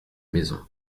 maison